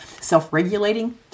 self-regulating